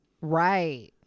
Right